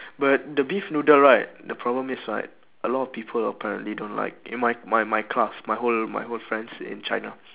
but the beef noodle right the problem is right a lot of people apparently don't like in my my my my class my whole my whole friends in china